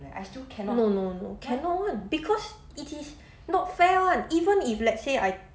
no no no no no because it is not fair [one] even if let's say I